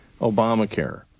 Obamacare